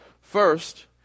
First